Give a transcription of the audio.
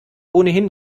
ohnehin